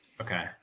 Okay